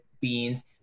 beans